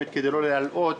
כדי לא להלאות,